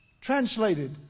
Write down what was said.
Translated